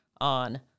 on